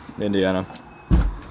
Indiana